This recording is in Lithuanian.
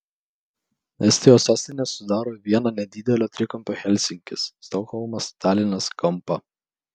estijos sostinė sudaro vieną nedidelio trikampio helsinkis stokholmas talinas kampą